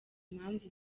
impamvu